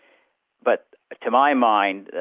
but to my mind,